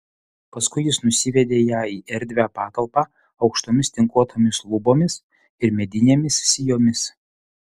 paskui jis nusivedė ją į erdvią patalpą aukštomis tinkuotomis lubomis ir medinėmis sijomis